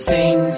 Sing